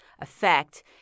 effect